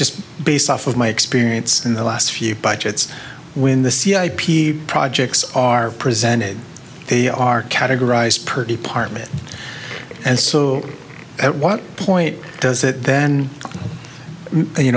just based off of my experience in the last few budgets when the c i p projects are presented they are categorized per department and so at what point does it then you